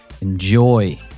enjoy